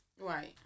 Right